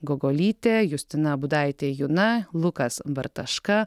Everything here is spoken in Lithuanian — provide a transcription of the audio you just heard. gogolytė justina budaitė juna lukas bartaška